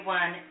one